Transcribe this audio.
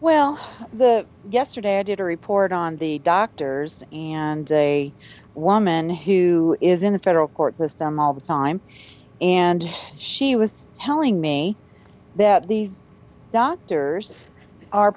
well yesterday i did a report on the doctors and a woman who is in the federal court system all the time and she was telling me that these doctors are